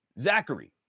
Zachary